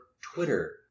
Twitter